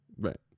Right